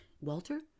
Walter